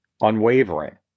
unwavering